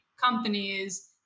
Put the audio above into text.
companies